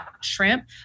shrimp